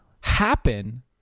happen